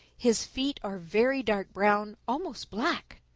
his feet are very dark brown, almost black.